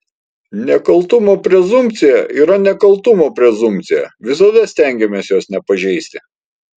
nekaltumo prezumpcija yra nekaltumo prezumpcija visada stengiamės jos nepažeisti